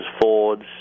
Fords